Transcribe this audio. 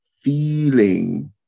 feeling